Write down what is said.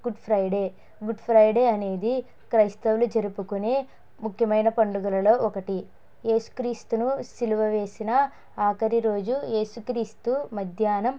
good Friday good Friday అనేది క్రైస్తవులు జరుపుకునే ముఖ్యమైన పండుగలలో ఒకటి ఏసుక్రీస్తును సిలువ వేసిన ఆఖరి రోజు ఏసుక్రీస్తు మధ్యాహ్నం